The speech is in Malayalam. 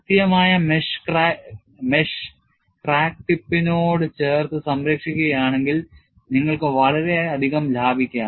കൃത്യമായ മെഷ് ക്രാക്ക് ടിപ്പിനോട് ചേർത്ത് സംരക്ഷിക്കുകയാണെങ്കിൽ നിങ്ങൾക്ക് വളരെയധികം ലാഭിക്കാം